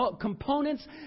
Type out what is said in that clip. components